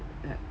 uh